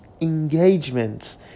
engagements